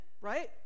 right